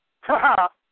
Ha-ha